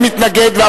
אין מתנגד,